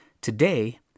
Today